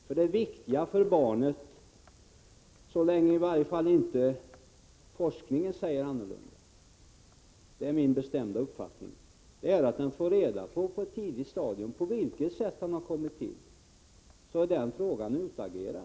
Det viktiga för barnet är enligt min bestämda uppfattning — i varje fall så länge inte forskningen säger annat — att på ett tidigt stadium få reda på hur det har kommit till, så att den frågan är utagerad.